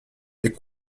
est